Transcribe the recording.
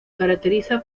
caracteriza